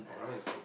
oh ramen is good